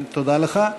תודה לך.